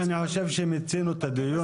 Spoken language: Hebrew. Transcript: אני חושב שמיצינו את הדיון,